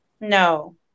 No